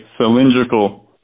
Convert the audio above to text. cylindrical